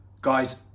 guys